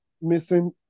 missing